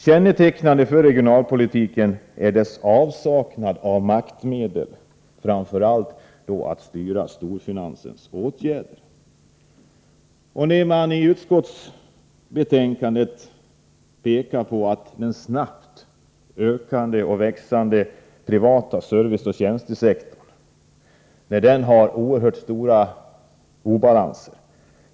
Kännetecknande för regionalpolitiken är dess avsaknad av maktmedel, framför allt när det gäller att styra storfinansens åtgärder. Man pekar i utskottsbetänkandet på att den snabbt växande privata serviceoch tjänstesektorn har oerhört stora obalanser.